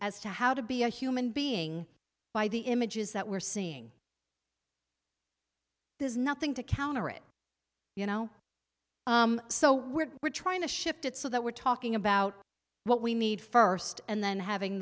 as to how to be a human being by the images that we're seeing there's nothing to counter it you know so we're we're trying to shift it so that we're talking about what we need first and then having